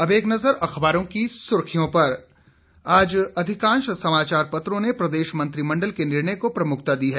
अब एक नजर अखबारों की सुर्खियों पर आज अधिकांश समाचार पत्रों ने प्रदेश मंत्रिमण्डल के निर्णय को प्रमुखता दी है